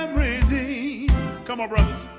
um pray thee come um